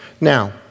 Now